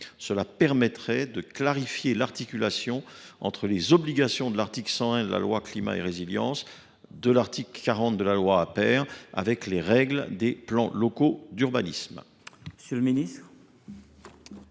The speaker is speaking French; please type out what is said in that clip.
permettrait de clarifier l’articulation entre les obligations de l’article 101 de la loi Climat et Résilience, celles de l’article 40 de la loi Aper et les règles des plans locaux d’urbanisme. La parole est à